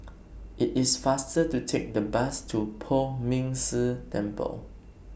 IT IS faster to Take The Bus to Poh Ming Tse Temple